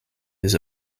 his